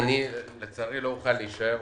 לצערי לא אוכל להישאר